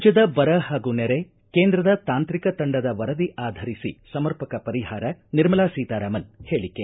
ರಾಜ್ಞದ ಬರ ಹಾಗೂ ನೆರೆ ಕೇಂದ್ರದ ತಾಂತ್ರಿಕ ತಂಡದ ವರದಿ ಆಧರಿಸಿ ಸಮರ್ಪಕ ಪರಿಹಾರ ನಿರ್ಮಲಾ ಸೀತಾರಾಮನೆ ಹೇಳಿಕೆ